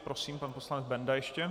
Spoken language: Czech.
Prosím, pan poslanec Benda ještě.